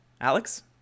Alex